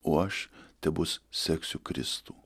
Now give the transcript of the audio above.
o aš tebus seksiu kristų